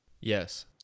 yes